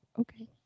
okay